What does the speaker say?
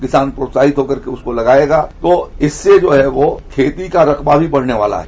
किसान प्रोत्साहित होकर के उसको लगाएगा तो इससे जो है वह खेती का रकबा भी बढ़ने वाला है